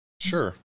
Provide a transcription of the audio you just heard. Sure